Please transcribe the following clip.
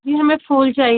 जी हमें फूल चाहिए